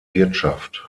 wirtschaft